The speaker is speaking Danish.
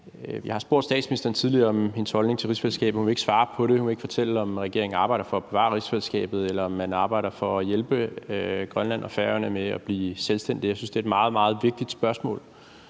Jeg har spurgt statsministeren tidligere om hendes holdning til rigsfællesskabet, og hun vil ikke svare på det. Hun vil ikke fortælle, om regeringen arbejder for at bevare rigsfællesskabet, eller om man arbejder for at hjælpe Grønland og Færøerne med at blive selvstændige. Jeg synes, det er et meget, meget vigtigt spørgsmål,